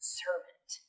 servant